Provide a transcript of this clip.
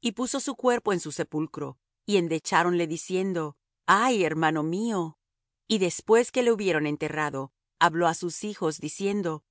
y puso su cuerpo en su sepulcro y endecháronle diciendo ay hermano mío y después que le hubieron enterrado habló á sus hijos diciendo